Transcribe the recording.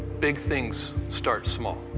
big things start small.